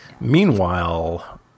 Meanwhile